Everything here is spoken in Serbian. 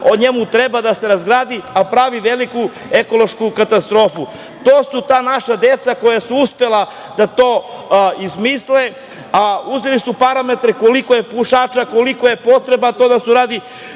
25 godina da se razgradi i pravi veliku ekološku katastrofu. To su ta naša deca koja su uspela da izmisle, a uzeli su parametre, koliko je pušača, kolika je potreba za tim.